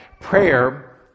Prayer